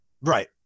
Right